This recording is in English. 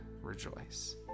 rejoice